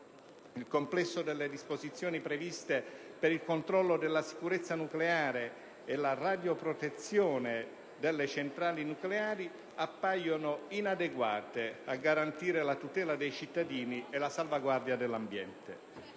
Il complesso delle disposizioni previste per il controllo della sicurezza nucleare e la radioprotezione delle centrali nucleari appaiono inadeguate a garantire la tutela dei cittadini e la salvaguardia dell'ambiente;